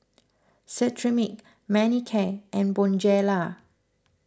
Cetrimide Manicare and Bonjela